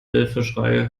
hilfeschreie